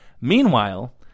Meanwhile